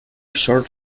short